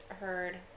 heard